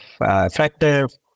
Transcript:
Effective